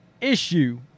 issue